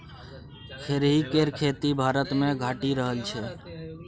खेरही केर खेती भारतमे घटि रहल छै